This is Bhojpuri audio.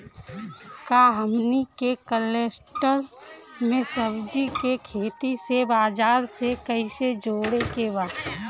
का हमनी के कलस्टर में सब्जी के खेती से बाजार से कैसे जोड़ें के बा?